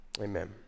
Amen